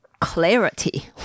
clarity